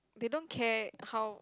they don't care how